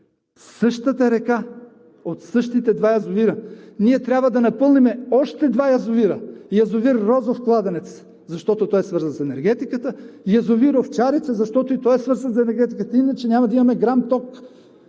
същата река, от същите два язовира ние трябва да напълним още два язовира – язовир „Розов кладенец“, защото е свързан с енергетиката, и язовир „Овчарица“, защото и той е свързан с енергетиката, иначе няма да имаме грам ток.